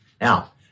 Now